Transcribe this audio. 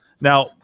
now